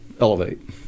elevate